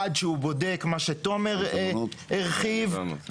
עד שהוא בודק מה שתומר הרחיב עליו,